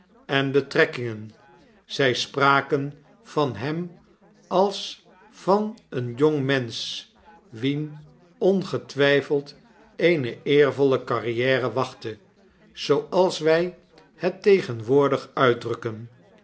en betrekkingen zij spraken van hem als van een jongmensch wien onget wijf eld eene eervolle carrtere wachtte zooals wij het tegenwoordig uitdrukken